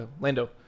Lando